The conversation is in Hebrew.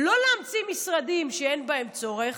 לא להמציא משרדים שאין בהם צורך,